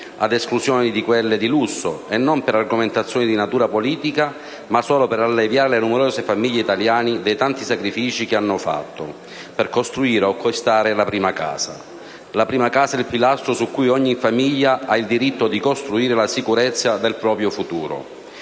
ad esclusione di quelle di lusso, e non per argomentazioni di natura politica ma solo per alleviare le numerose famiglie italiane dei tanti sacrifici che hanno sopportato per costruire o acquistare la prima casa. La prima casa è il pilastro su cui ogni famiglia ha il diritto di costruire la sicurezza del proprio futuro.